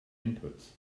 inputs